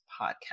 Podcast